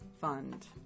Fund